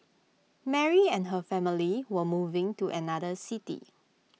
Mary and her family were moving to another city